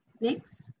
Next